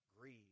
grieve